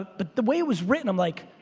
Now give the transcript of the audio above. but the way it was written i'm like,